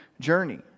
journey